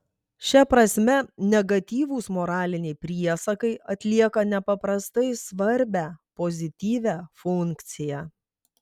šia prasme negatyvūs moraliniai priesakai atlieka nepaprastai svarbią pozityvią funkciją